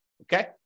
Okay